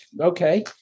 Okay